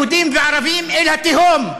יהודים וערבים, אל התהום.